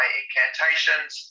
incantations